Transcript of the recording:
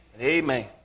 Amen